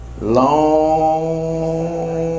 Long